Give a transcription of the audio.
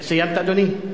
סיימת, אדוני?